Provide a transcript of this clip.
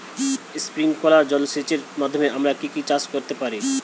Sprinkler জলসেচের মাধ্যমে আমরা কি কি চাষ করতে পারি?